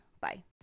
Bye